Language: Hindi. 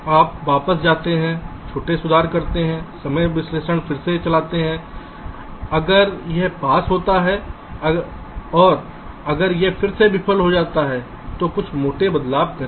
आप वापस जाते हैं छोटे सुधार करते हैं समय विश्लेषण फिर से चलाते हैं अगर यह पास होता है अगर यह फिर से विफल हो जाता है तो कुछ छोटे बदलाव करें